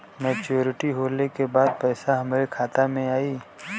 Maturity होले के बाद पैसा हमरे खाता में आई?